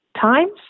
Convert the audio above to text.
times